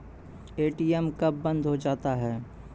ATM कब बंद हो जाता हैं?